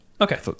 okay